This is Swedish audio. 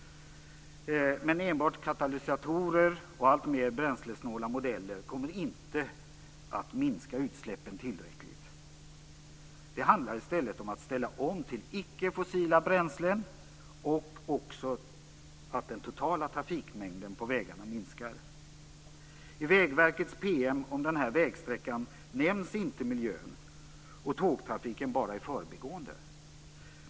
Men enbart katalysatorer och alltmer bränslesnåla modeller kommer inte att minska utsläppen tillräckligt. Det handlar i stället om att ställa om till icke-fossila bränslen och också att den totala trafikmängden på vägarna minskar. I Vägverkets PM om den här vägsträckan nämns inte miljön, och tågtrafiken nämns bara i förbigående.